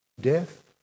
death